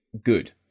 good